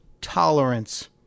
tolerance